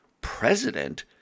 President